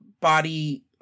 body